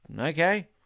Okay